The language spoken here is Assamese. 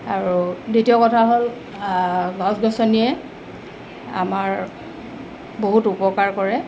আৰু দ্বিতীয় কথা হ'ল গছ গছনিয়ে আমাৰ বহুত উপকাৰ কৰে